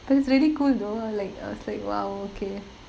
because it's really cool though like I was like !wow! okay